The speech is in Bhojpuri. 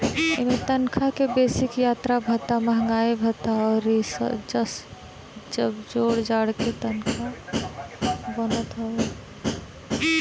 इमें तनखा के बेसिक, यात्रा भत्ता, महंगाई भत्ता अउरी जब जोड़ जाड़ के तनखा बनत हवे